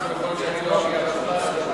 סידור, שיכול להיות שאני לא אגיע בזמן.